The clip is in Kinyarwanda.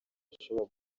ishobora